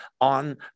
on